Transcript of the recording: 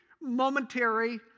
momentary